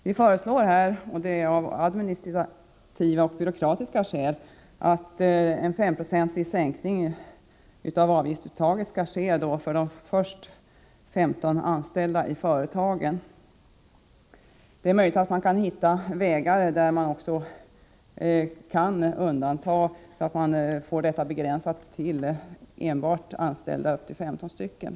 Vi föreslår här — av administrativa och byråkratiska skäl — en 5-procentig sänkning av avgiftsuttaget för de första 15 anställda i företaget. Det är möjligt att man kan hitta vägar så att detta begränsas till enbart anställda upp till 15 stycken.